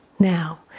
Now